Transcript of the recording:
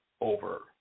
over